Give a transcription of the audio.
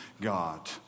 God